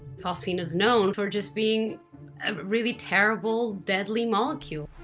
phosphine is known for just being a really terrible, deadly molecule.